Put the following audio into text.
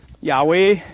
Yahweh